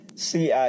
CI